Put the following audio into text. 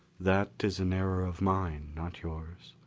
that is an error of mine, not yours.